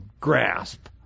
Grasp